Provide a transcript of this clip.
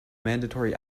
mandatory